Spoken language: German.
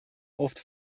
oft